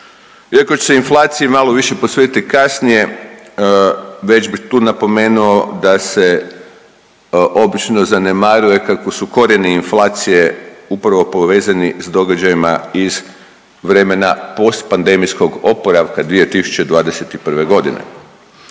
Iako su se inflaciji malo više posvetiti kasnije, već bih tu napomenuo da se obično zanemaruje kako su korijeni inflacije upravo povezani s događajima iz vremena postpandemijskog oporavka 2021. g.